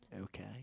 Okay